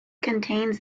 contains